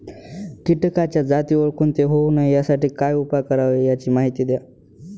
किटकाच्या जाती ओळखून ते होऊ नये यासाठी काय उपाय करावे याची माहिती द्या